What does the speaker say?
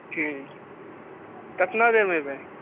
ठीक कतना देरमे अयबै